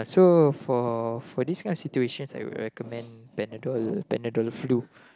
so for for this kind of situations I would recommend Panadol is it Panadol flu